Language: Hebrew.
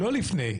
לא לפני.